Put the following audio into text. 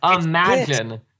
imagine